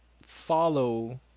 follow